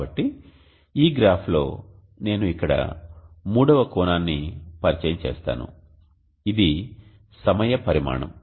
కాబట్టి ఈ గ్రాఫ్లో నేను ఇక్కడ మూడవ కోణాన్ని పరిచయం చేస్తాను ఇది సమయ పరిమాణం